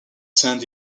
send